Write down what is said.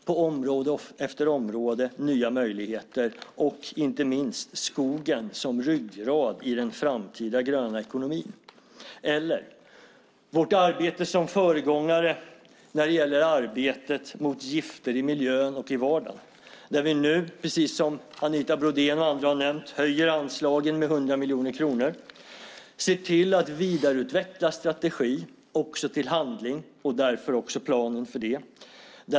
På område efter område blir det nya möjligheter. Det gäller inte minst skogen som ryggrad i den framtida gröna ekonomin. Det handlar om vår roll som föregångare i arbetet mot gifter i miljön och i vardagen. Precis som Anita Brodén och andra har nämnt höjer vi nu dessa anslag med 100 miljoner kronor och ser till att vidareutveckla strategi också till handling och därför också planen för det.